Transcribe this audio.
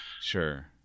Sure